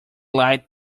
light